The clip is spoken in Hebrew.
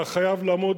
אתה חייב לעמוד,